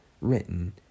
written